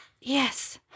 Yes